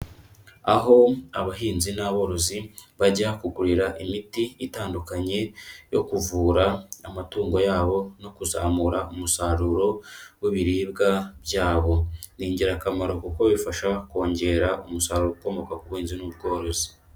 Aho abahinzi n'aborozi bajya kugurira imiti itandukanye yo kuvura amatungo yabo no kuzamura umusaruro w'ibiribwa byabo. Ni ingirakamaro kuko bifasha kongera umusaruro ukomoka ku buhinzi n'ubworozi.